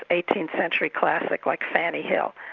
ah eighteenth century classics like fanny hill,